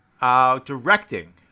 Directing